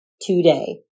today